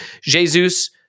Jesus